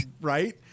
Right